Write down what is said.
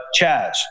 Chaz